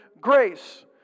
grace